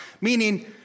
Meaning